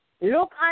Look